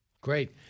Great